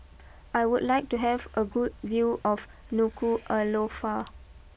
I would like to have a good view of Nuku Alofa